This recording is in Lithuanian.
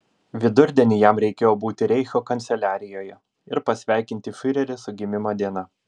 vidurdienį jam reikėjo būti reicho kanceliarijoje ir pasveikinti fiurerį su gimimo diena